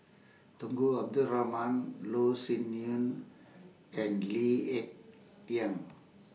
Tunku Abdul Rahman Loh Sin Yun and Lee Ek Tieng